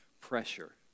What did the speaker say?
pressure